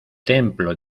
templo